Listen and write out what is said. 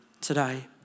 today